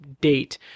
date